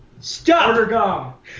stop